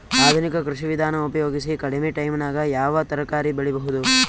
ಆಧುನಿಕ ಕೃಷಿ ವಿಧಾನ ಉಪಯೋಗಿಸಿ ಕಡಿಮ ಟೈಮನಾಗ ಯಾವ ತರಕಾರಿ ಬೆಳಿಬಹುದು?